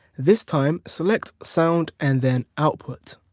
this time, select sound and then output.